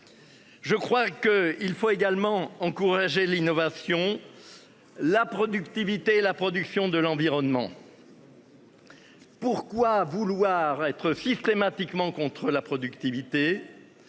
Je crois qu'il faut également encourager l'innovation. La productivité la production de l'environnement. Pourquoi vouloir être systématiquement contre la productivité.